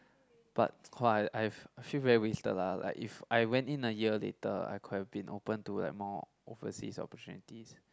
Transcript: but !wah! I I feel very wasted lah like if I went in a year later I could have been open to like more overseas opportunities